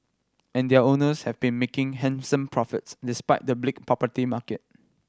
and their owners have been making handsome profits despite the bleak property market